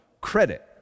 credit